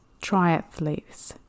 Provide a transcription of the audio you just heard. triathletes